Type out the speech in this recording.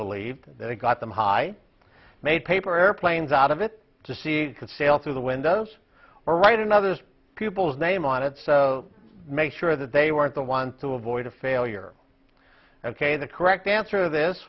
believed that it got them high made paper airplanes out of it to see could sail through the windows or write another people's name on it so make sure that they weren't the one to avoid a failure ok the correct answer t